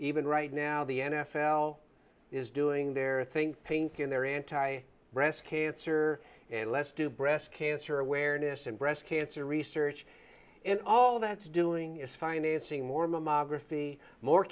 even right now the n f l is doing their thing pink in their anti breast cancer less do breast cancer awareness and breast cancer research in all that's doing is financing more mammography more